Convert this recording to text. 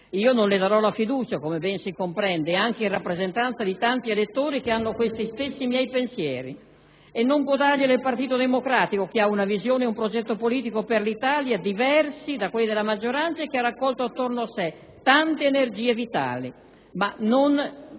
Io non le darò la fiducia, come ben si comprende, anche in rappresentanza di tanti elettori che hanno questi stessi miei pensieri, e non può dargliela il Partito Democratico, che ha una visione ed un progetto politico per l'Italia diversi da quelli della maggioranza e che ha raccolto attorno a sé tante energie vitali. Ma non